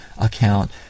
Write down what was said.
account